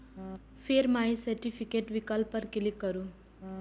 फेर my certificate विकल्प पर क्लिक करू